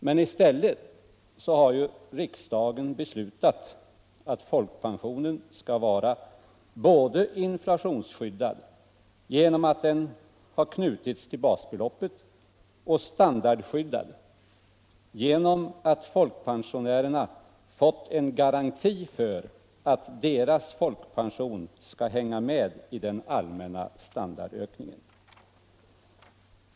Men i stället har riksdagen beslutat att folkpensionen skall vara både inflationsskyddad, genom att den har knutits till basbeloppet, och standardskyddad, genom att folkpensionärerna har fått en garanti för att deras folkpension skall hänga med i den allmänna standardökningen.